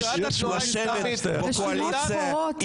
רשימות שחורות.